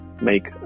make